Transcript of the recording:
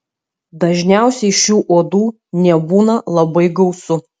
dažniausiai šių uodų nebūna labai gausu